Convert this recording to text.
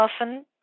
often